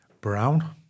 Brown